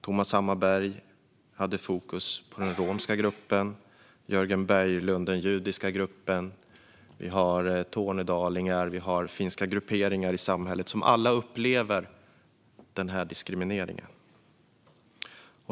Thomas Hammarberg hade fokus på den romska gruppen och Jörgen Berglund på den judiska gruppen. Vi har också tornedalingar och finska grupperingar i samhället som alla upplever den här diskrimineringen.